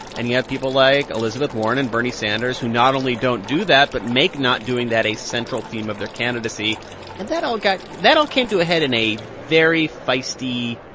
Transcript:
and you have people like elizabeth warren and bernie sanders, who not only don't do that but make not doing that a central theme of their candidacy. and that all got that all came to a head in a very feisty,